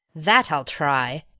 that i'll try.